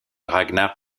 ragnar